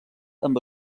amb